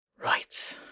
Right